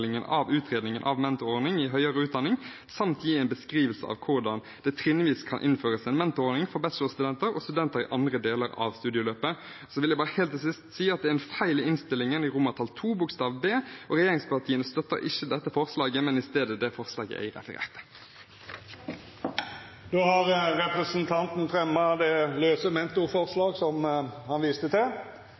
av utredningen av mentorordning i høyere utdanning, samt gi en beskrivelse av hvordan det trinnvis kan innføres en mentorordning for bachelorstudenter og studenter i andre deler av studieløpet.» Helt til sist vil jeg si at det er en feil i innstillingen i II B. Regjeringspartiene støtter ikke dette forslaget, men i stedet det forslaget jeg refererte. Representanten Grunde Almeland har teke opp det